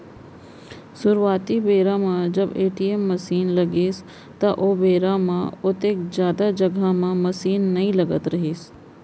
सुरूवाती बेरा म जब ए.टी.एम मसीन लगिस त ओ बेरा म ओतेक जादा जघा म मसीन नइ रहत रहिस